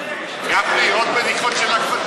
גפני, עוד בדיחות של אחמד